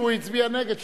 ראית שהוא הצביע נגד,